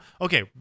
okay